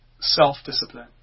self-discipline